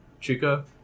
Chica